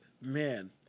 man